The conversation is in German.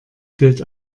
gilt